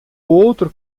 outro